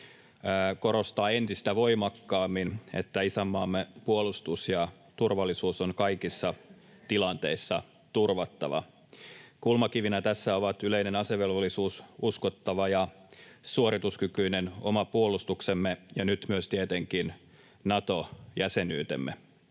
korostavat entistä voimakkaammin, että isänmaamme puolustus ja turvallisuus on kaikissa tilanteissa turvattava. Kulmakivinä tässä ovat yleinen asevelvollisuus, uskottava ja suorituskykyinen oma puolustuksemme ja nyt myös tietenkin Nato-jäsenyytemme.